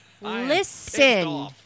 Listen